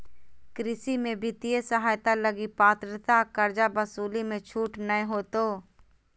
कृषि में वित्तीय सहायता लगी पात्रता कर्जा वसूली मे छूट नय होतो